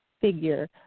figure